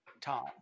Tom